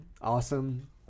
awesome